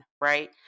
Right